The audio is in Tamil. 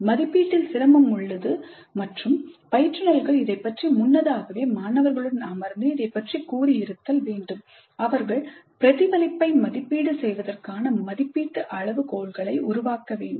மதிப்பீட்டில் சிரமம் உள்ளது மற்றும் பயிற்றுனர்கள் இதைப்பற்றி முன்னதாகவே மாணவர்களுடன் அமர்ந்து கூறி இருத்தல் வேண்டும் அவர்கள் பிரதிபலிப்பை மதிப்பீடு செய்வதற்கான மதிப்பீட்டு அளவுகோல்களை உருவாக்க வேண்டும்